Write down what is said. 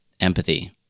empathy